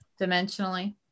Dimensionally